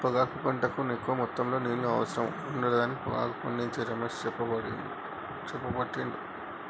పొగాకు పంటకు ఎక్కువ మొత్తములో నీరు అవసరం ఉండదని పొగాకు పండించే రమేష్ చెప్పబట్టిండు